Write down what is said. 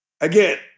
Again